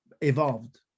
evolved